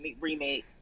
remake